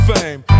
Fame